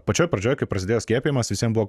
pačioj pradžioj kai prasidėjo skiepijimas visiem buvo